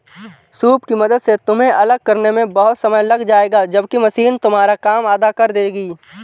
soup की मदद से तुम्हें अलग करने में बहुत समय लग जाएगा जबकि मशीन तुम्हारा काम आधा कर देगी